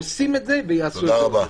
עושים את זה ויעשו טוב יותר.